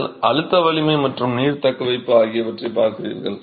நீங்கள் அழுத்த வலிமை மற்றும் நீர் தக்கவைப்பு ஆகியவற்றைப் பார்க்கிறீர்கள்